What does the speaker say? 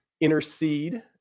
intercede